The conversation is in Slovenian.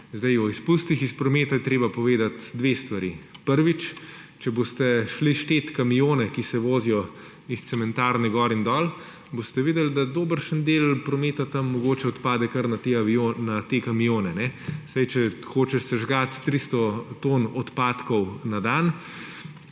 Zdaj o izpustih iz prometa je treba povedati dve stvari. Prvič, če boste šteli kamione, ki se vozijo iz cementarne gor in dol, boste videli, da dobršen prometa tam mogoče odpade kar na te kamione. Saj če hočeš sežgati 300 ton odpadkov na dan,